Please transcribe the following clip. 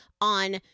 on